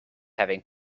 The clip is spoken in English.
having